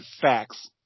facts